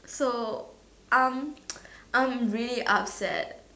so I'm I'm really upset